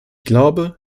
glaube